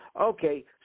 Okay